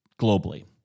globally